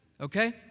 okay